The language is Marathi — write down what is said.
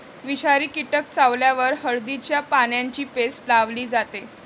विषारी कीटक चावल्यावर हळदीच्या पानांची पेस्ट लावली जाते